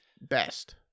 best